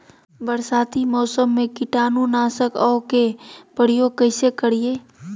बरसाती मौसम में कीटाणु नाशक ओं का प्रयोग कैसे करिये?